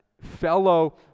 fellow